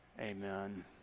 Amen